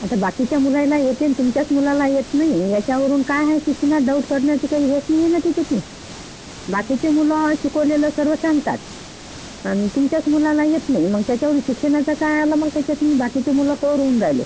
आता बाकीच्या मुलांना येते न तुमच्याच मुलाला येत नाही ह्याच्यावरून काय आहे शिक्षकावर डाउट करण्याचा काही हेच नाही आहे ना की तिथे बाकीचे मुलं शिकवलेलं सर्व सांगतात आणि तुमच्याच मुलाला येत नाही मग त्याच्यावरून शिक्षणाचा काय आलं मग त्याच्यात बाकीची मुलं करून राहिले